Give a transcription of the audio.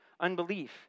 unbelief